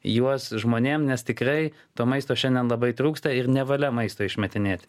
juos žmonėm nes tikrai to maisto šiandien labai trūksta ir nevalia maisto išmetinėti